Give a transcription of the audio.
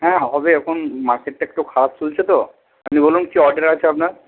হ্যাঁ হবে এখন মার্কেটটা একটু খারাপ চলছে তো আপনি বলুন কী অর্ডার আছে আপনার